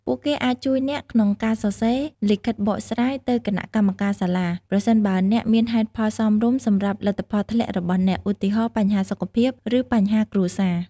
ពួកគេអាចជួយអ្នកក្នុងការសរសេរ លិខិតបកស្រាយ ទៅគណៈកម្មការសាលា ប្រសិនបើអ្នកមានហេតុផលសមរម្យសម្រាប់លទ្ធផលធ្លាក់របស់អ្នក ឧទាហរណ៍ បញ្ហាសុខភាព ឬបញ្ហាគ្រួសារ។